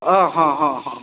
हँ हँ हँ हँ